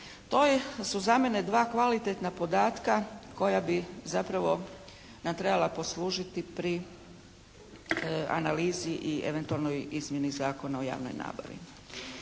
je, su za mene dva kvalitetna podatka koja bi zapravo nam trebala poslužiti pri analizi i eventualnoj izmjeni Zakona o javnoj nabavi.